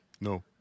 no